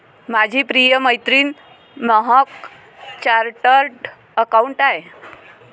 माझी प्रिय मैत्रीण महक चार्टर्ड अकाउंटंट आहे